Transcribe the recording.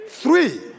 Three